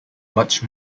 much